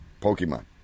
Pokemon